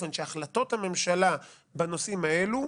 שהחלטות הממשלה בנושאים האלה...